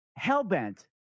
Hellbent